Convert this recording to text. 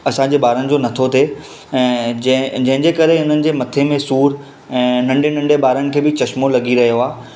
असांजे ॿारनि जो नथो थिए ऐं जंहिं जंहिं जे करे इन्हनि जे मथे में सूर ऐं नंढे नंढे ॿारनि खे बि चश्मो लॻी रहियो आहे